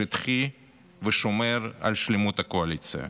שטחי ושומר על שלמות הקואליציה,